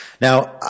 Now